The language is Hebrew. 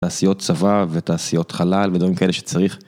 תעשיות צבא ותעשיות חלל ודברים כאלה שצריך.